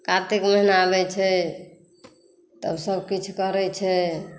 कातिक महिना आबै छै तहन सबकिछु करै छै